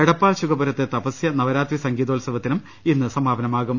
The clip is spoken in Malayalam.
എടപ്പാൾ ശുകപുരത്തെ തപസ്യ നവരാത്രി സംഗീതോ ത്സവത്തിനും ഇന്ന് സമാപനമാകും